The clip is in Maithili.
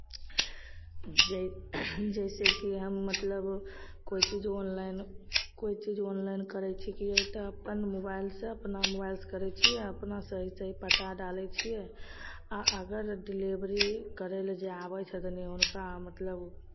जै जैसेकि हम मतलब कोइ चीज ऑनलाइन कोइ चीज ऑनलाइन करै छिकियै तऽ अपन मोबाइलसँ अपना मोबाइलसँ करै छियै आ अपना सही सही पता डालै छियै आ अगर डिलेभरी करय लेल जे आबै छथिन हुनका मतलब